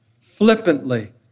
flippantly